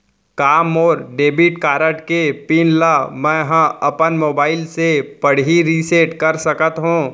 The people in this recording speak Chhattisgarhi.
का मोर डेबिट कारड के पिन ल मैं ह अपन मोबाइल से पड़ही रिसेट कर सकत हो?